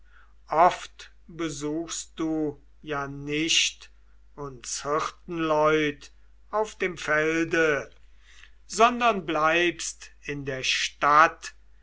oft besuchst du ja nicht uns hirtenleut auf dem felde sondern bleibst in der stadt